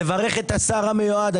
לברך את השר המיועד.